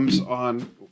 on